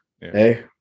hey